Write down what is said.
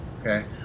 okay